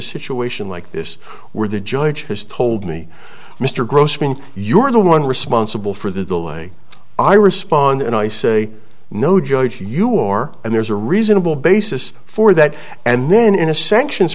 a situation like this where the judge has told me mr grossman you're the one responsible for the way i respond and i say no judge you or and there's a reasonable basis for that and then in a sanctions